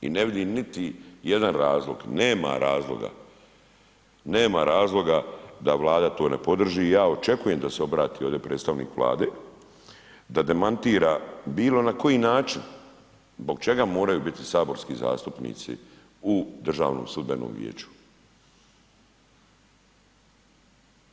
I ne vidim niti jedan razlog, nema razloga, nema razloga, da Vlada to ne podrži i ja očekujem da se obrati ovdje predstavnik Vlade, da demantira bilo na koji način zbog čega moraju biti saborski zastupnici u DSV-u?